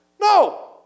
No